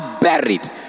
buried